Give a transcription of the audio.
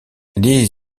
les